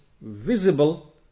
visible